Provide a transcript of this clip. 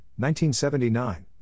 1979